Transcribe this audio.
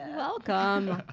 welcome.